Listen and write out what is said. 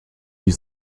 die